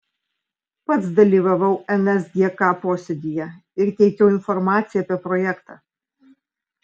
pats dalyvavau nsgk posėdyje ir teikiau informaciją apie projektą